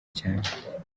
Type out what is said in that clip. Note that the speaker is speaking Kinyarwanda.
cyane